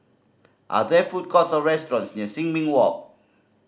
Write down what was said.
are there food courts or restaurants near Sin Ming Walk